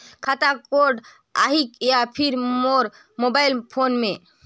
खाता कोड आही या फिर मोर मोबाइल फोन मे?